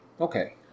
Okay